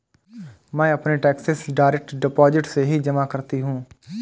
मैं अपने taxes direct deposit से ही जमा करती हूँ